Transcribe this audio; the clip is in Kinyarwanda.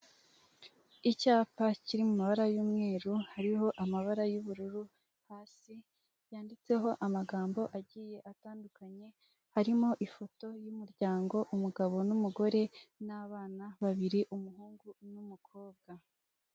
Icyapa kiri mu mabara y'umweru hariho amabara y'ubururu, hasi handitseho amagambo agiye atandukanye, harimo ifoto y'umuryango, umugabo n'umugore n'abana babiri, umuhungu n'umukobwa.